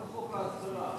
רק חוק ההסדרה.